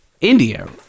India